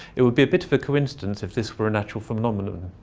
it would be a bit of a coincidence if this were a natural phenomenon!